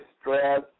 stress